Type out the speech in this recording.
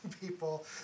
people